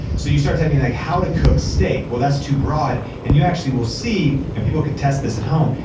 so you start typing, like how to cook steak. well that's too broad and you actually will see, and people can test this at home,